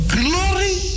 glory